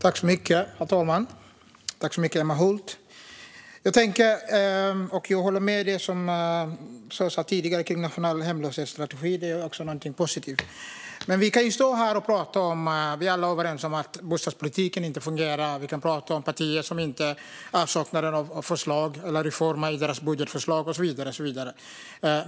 Herr talman! Jag håller med om det som sas här tidigare om en nationell hemlöshetsstrategi. Det är någonting positivt. Vi är alla överens om att bostadspolitiken inte fungerar. Vi kan prata om partiers avsaknad av förslag eller reformer i deras budgetförslag, och så vidare.